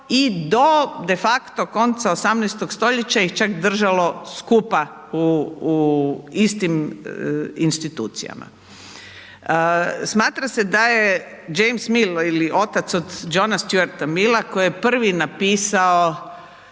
i do de facto konca 18. st. ih čak držalo skupa u istim institucijama. Smatra se da je James Mill ili otac od Johna Stuarta Milla, koji je prvi napisao